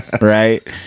right